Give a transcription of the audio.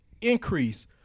increase